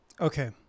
Okay